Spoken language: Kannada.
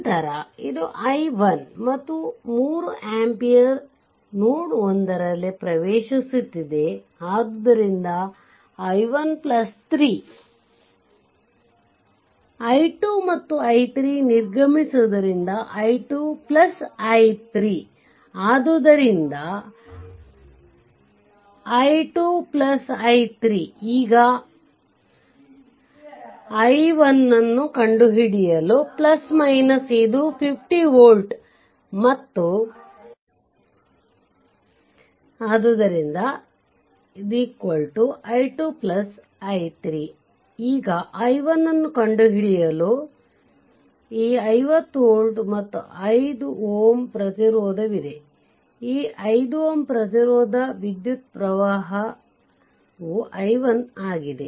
ನಂತರ ಇದು i1 ಮತ್ತು 3 ಆಂಪಿಯರ್ ನೋಡ್ 1 ರಲ್ಲಿ ಪ್ರವೇಶಿಸುತ್ತಿದೆ ಆದುದರಿಂದ i1 3 i2 ಮತ್ತು i3 ನಿರ್ಗಮಸುವುದರಿಂದ i2 i3 ಆದ್ದರಿಂದ i2 i3 ಈಗ i1 ನ್ನು ಕಂಡುಹಿಡಿಯಲು ಇದು 50 ವೋಲ್ಟ್ ಮತ್ತು 5 Ω ಪ್ರತಿರೋಧವಿದೆ ಇದೆ ಈ 5 ಪ್ರತಿರೋಧ ವಿದ್ಯುತ್ ಪ್ರವಾಹವು i1 ಆಗಿದೆ